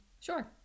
Sure